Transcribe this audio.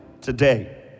Today